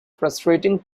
frustrating